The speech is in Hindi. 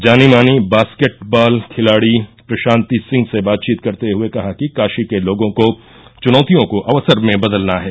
जानी मानी बास्केट बाल खिलाड़ी प्रशान्ति सिंह से बातचीत करते हुये कहा कि काशी के लोगों को चुनौतियों को अवसर में बदलना है